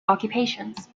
occupations